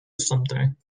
something